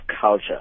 culture